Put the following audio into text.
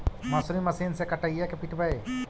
मसुरी मशिन से कटइयै कि पिटबै?